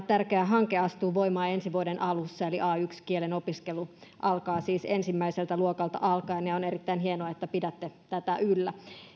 tärkeä hanke astuu voimaan ensi vuoden alussa a yksi kielen opiskelu alkaa siis ensimmäiseltä luokalta ja on erittäin hienoa että pidätte tätä yllä